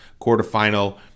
quarterfinal